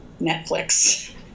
Netflix